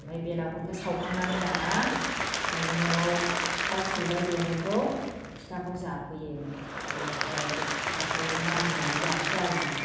ओमफाय बेलागुरखौ सावखांनानै दाना न'न'आव फिथा सौराइ देनायखौ फिथाखौ जाफैयो इनिफ्राय फिथाखौ मागिनानै जानोसै आरोमा